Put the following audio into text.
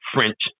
French